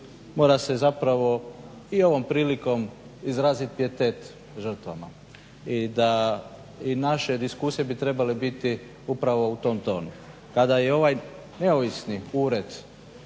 da se mora i ovom prilikom izraziti pijetet žrtvama. I da i naše diskusije bi trebale biti upravo u tom tonu. Kada je ovaj neovisni ured